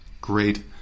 great